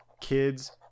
kids